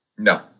No